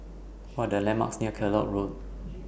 What Are The landmarks near Kellock Road